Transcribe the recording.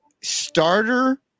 starter